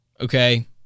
Okay